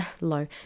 Low